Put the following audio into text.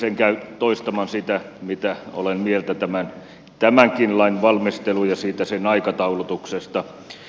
en käy toistamaan sitä mitä olen mieltä tämänkin lain valmistelusta ja sen aikataulutuksesta